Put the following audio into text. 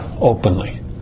openly